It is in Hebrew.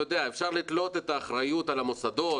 אפשר לתלות את האחריות על המוסדות